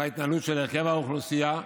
בהתנהלות של הרכב האוכלוסייה,